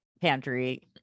pantry